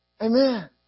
Amen